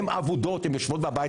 הן יושבות בבית,